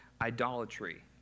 idolatry